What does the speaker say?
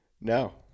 No